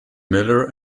miller